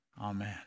Amen